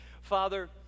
Father